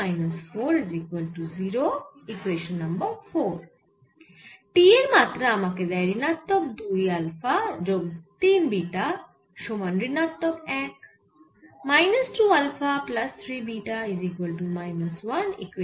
T এর মাত্রা আমাদের দেয় ঋণাত্মক 2 আলফা যোগ 3 বিটা সমান ঋণাত্মক 1